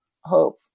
hope